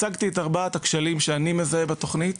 הצגתי את ארבעת הכשלים שאני מזהה בתוכנית.